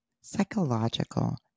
psychological